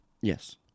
Yes